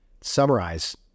summarize